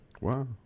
Wow